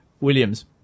Williams